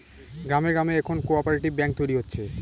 গ্রামে গ্রামে এখন কোঅপ্যারেটিভ ব্যাঙ্ক তৈরী হচ্ছে